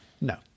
No